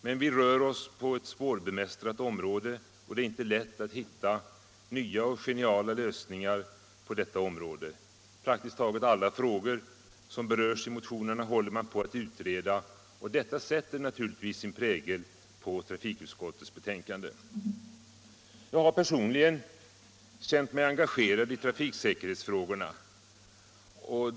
Men vi rör oss på ett svårbemästrat område, där det inte är lätt att hitta nya, geniala lösningar. Praktiskt taget alla frågor som berörs i motionerna håller man på att utreda, och detta sätter naturligtvis sin prägel på trafikutskottets betänkande. Jag har personligen känt mig engagerad av trafiksäkerhetsfrågorna.